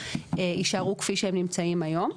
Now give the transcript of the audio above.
יישארו כפי שהם נמצאים היום.